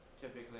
typically